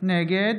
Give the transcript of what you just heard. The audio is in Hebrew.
נגד